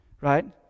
right